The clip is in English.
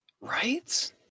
Right